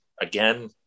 again